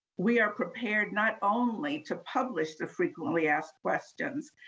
we are prepared not only to publish the frequently asked questions,